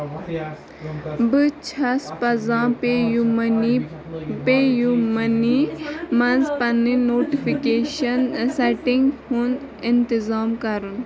بہٕ چھَس پَزان PayUmoney PayUmoney منٛز پنٕنۍ نوٹفکیشن سیٹنگ ہُنٛد انتظام کرُن